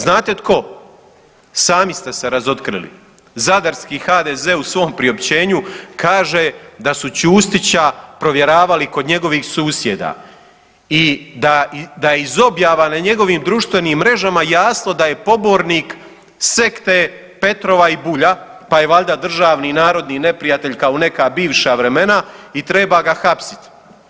Znate tko, sami ste se razotkrili, zadarski HDZ u svom priopćenju kaže da su Čustića provjeravali kod njegovih susjeda i da je iz objava na njegovim društvenim mrežama jasno da je pobornik sekte Petrova i Bulja, pa je valjda državni narodni neprijatelj kao u neka bivša vremena i treba ga hapsiti.